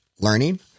learning